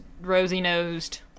rosy-nosed